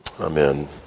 Amen